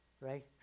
right